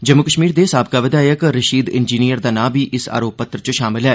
जम्मू कश्मीर दे साबका विधायक रशीद इंजीनियर दा नांऽ बी अरोप पत्र च शामल ऐ